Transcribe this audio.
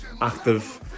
active